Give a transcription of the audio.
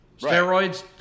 Steroids